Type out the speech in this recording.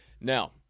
Now